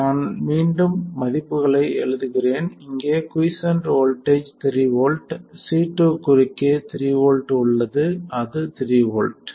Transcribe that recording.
நான் மீண்டும் மதிப்புகளை எழுதுகிறேன் இங்கே குய்ஸ்சென்ட் வோல்ட்டேஜ் 3 வோல்ட் C2 குறுக்கே 3 வோல்ட் உள்ளது அது 3 வோல்ட்